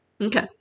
okay